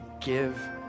give